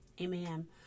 amen